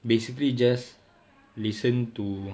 basically just listen to